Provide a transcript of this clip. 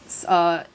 s~ uh